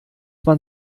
man